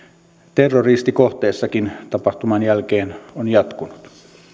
terroristikohteessakin tapahtuman jälkeen on jatkunut